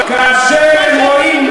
כאשר הם רואים מי,